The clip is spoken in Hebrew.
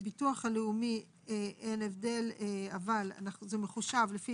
הסבר 44 דמי חגים לפי צו הרחבה - הסכם מסגרת; מחושב לפי